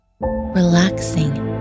relaxing